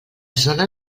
zona